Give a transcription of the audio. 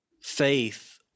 faith